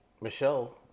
Michelle